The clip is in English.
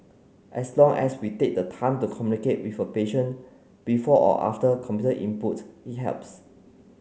as long as we take the time to communicate with a patient before or after computer input it helps